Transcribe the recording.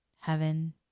heaven